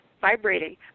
vibrating